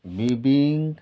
bebinca